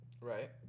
right